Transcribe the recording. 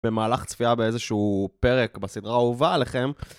במהלך צפייה באיזשהו פרק בסדרה אהובה לכם.